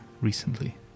recently